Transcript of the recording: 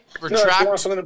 retract